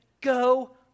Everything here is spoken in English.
go